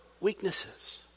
weaknesses